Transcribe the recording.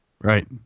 Right